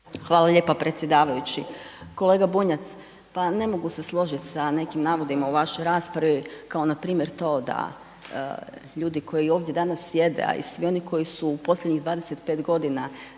Hvala lijepa predsjedavajući. Kolega Bunjac, pa ne mogu se složit sa nekim navodima u vašoj raspravi kao npr. to da ljudi koji ovdje danas sjede, a i svi oni koji su u posljednjih 25.g.